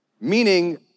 meaning